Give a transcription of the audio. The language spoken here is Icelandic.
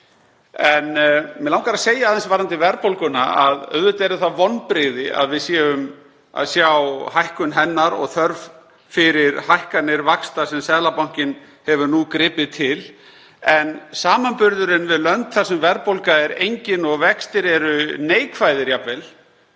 En mig langar að segja aðeins varðandi verðbólguna að auðvitað eru það vonbrigði að sjá hækkun hennar og þörf fyrir hækkanir vaxta sem Seðlabankinn hefur nú gripið til. En samanburðurinn við lönd þar sem verðbólga er engin og vextir eru jafnvel